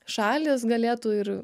šalys galėtų ir